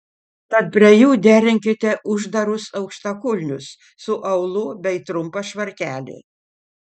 tad prie jų derinkite uždarus aukštakulnius su aulu bei trumpą švarkelį